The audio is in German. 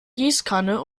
gießkanne